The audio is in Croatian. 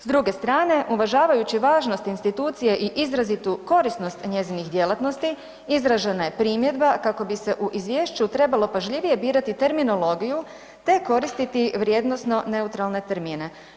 S druge strane, uvažavajući važnost institucije i izrazitu korisnost njezinih djelatnosti, izražena je primjedba kako bi se u izvješću trebalo pažljivije birati terminologiju te koristiti vrijednosno neutralne termine.